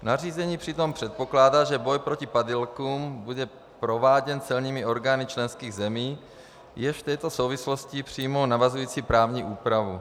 Nařízení přitom předpokládá, že boj proti padělkům bude prováděn celními orgány členských zemí, jež v této souvislosti přijmou navazující právní úpravu.